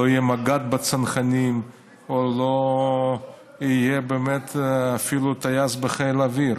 לא יהיה מג"ד בצנחנים או לא יהיה אפילו טייס בחיל האוויר.